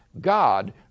God